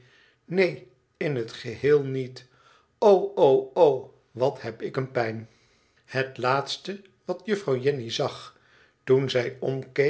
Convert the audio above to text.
neen in t geheel niet o o o wat heb ik een pijn het laatste wat juffrouw jenny zag toen zij omkeek